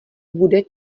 bude